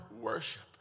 worship